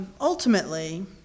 ultimately